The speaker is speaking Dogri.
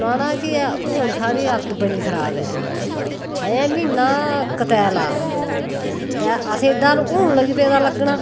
सनाना केह् ऐ हून साढ़ी हालत बड़ी खराब ऐ अजैं म्हीना कतैला ते असें डर हुन लगी पेदा लग्गना